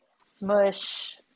Smush